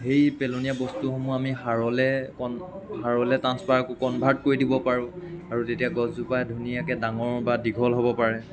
সেই পেলনীয়া বস্তুসমূহ আমি সাৰলৈ ট্ৰাঞ্চফাৰ কনভাৰ্ট কৰি দিব পাৰোঁ আৰু যেতিয়া গছজোপাই ধুনীয়াকৈ ডাঙৰ বা দীঘল হ'ব পাৰে